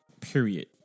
period